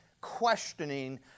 questioning